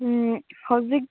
ꯎꯝ ꯍꯧꯖꯤꯛ